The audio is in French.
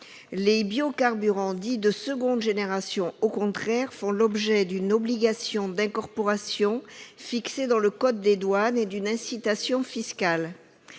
les biocarburants dits de seconde génération font l'objet d'une obligation d'incorporation fixée dans le code des douanes et d'une incitation fiscale.